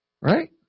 Right